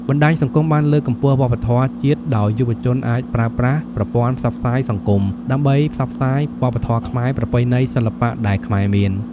បណ្ដាញសង្គមបានលើកកម្ពស់វប្បធម៌ជាតិដោយយុវជនអាចប្រើប្រាស់ប្រព័ន្ធផ្សព្វផ្សាយសង្គមដើម្បីផ្សព្វផ្សាយវប្បធម៌ខ្មែរ ប្រពៃណី សិល្បៈ ដែលខ្មែរមាន។